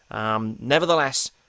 Nevertheless